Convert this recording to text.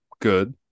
good